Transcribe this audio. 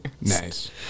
Nice